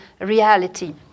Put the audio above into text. reality